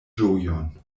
ĝojon